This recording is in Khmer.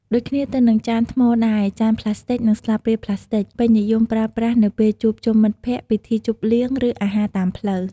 ដូចគ្នាទៅនឹងចានថ្មដែរ ចានប្លាស្ទិកនិងស្លាបព្រាប្លាស្ទិក ពេញនិយមប្រើប្រាស់នៅពេលជួបជុំមិត្តភ័ក្តិ ពិធីជប់លៀង ឬអាហារតាមផ្លូវ។